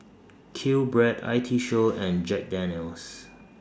QBread I T Show and Jack Daniel's